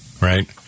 right